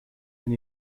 denn